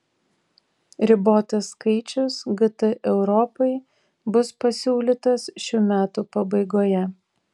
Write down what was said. ribotas skaičius gt europai bus pasiūlytas šių metų pabaigoje